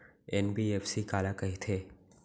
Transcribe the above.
NBFC काला कहिथे?